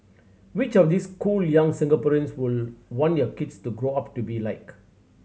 which of these cool young Singaporeans would want your kids to grow up to be like